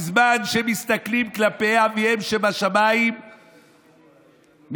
בזמן שמסתכלים כלפי אביהם שבשמים מתרפאים,